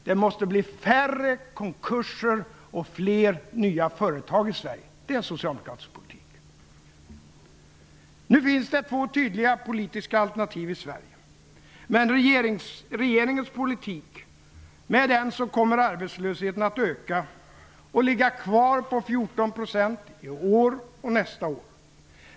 Det måste bli färre konkurser och fler nya företag i Sverige. Det är socialdemokratisk politik. Fru talman! Nu finns det två tydliga politiska alternativ i Sverige. Med regeringens politik kommer arbetslösheten att öka och ligga kvar på 14 % i år och nästa år.